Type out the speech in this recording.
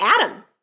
Adam